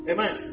Amen